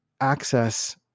access